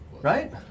Right